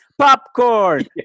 Popcorn